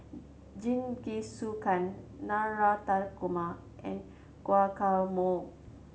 Jingisukan Navratan Korma and Guacamole